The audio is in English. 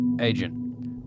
Agent